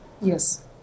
Yes